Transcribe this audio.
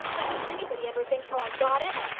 but does anybody ever think how i got it?